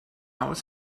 oes